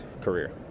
career